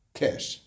cash